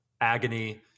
agony